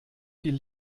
viel